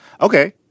Okay